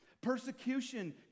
Persecution